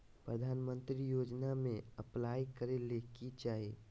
प्रधानमंत्री योजना में अप्लाई करें ले की चाही?